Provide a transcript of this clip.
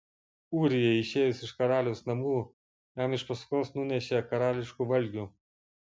ūrijai išėjus iš karaliaus namų jam iš paskos nunešė karališkų valgių